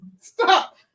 stop